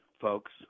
folks